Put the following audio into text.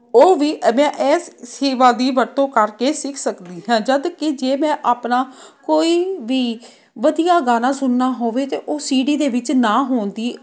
ਉਹ ਵੀ ਮੈਂ ਇਸ ਸੇਵਾ ਦੀ ਵਰਤੋਂ ਕਰਕੇ ਸਿੱਖ ਸਕਦੀ ਹੈ ਜਦੋਂ ਕਿ ਜੇ ਮੈਂ ਆਪਣਾ ਕੋਈ ਵੀ ਵਧੀਆ ਗਾਣਾ ਸੁਣਨਾ ਹੋਵੇ ਅਤੇ ਉਹ ਸੀ ਡੀ ਦੇ ਵਿੱਚ ਨਾ ਹੋਣ ਦੀ